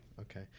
okay